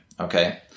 Okay